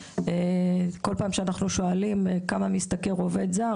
בכל פעם שאנחנו שואלים כמה משתכר עובד זר,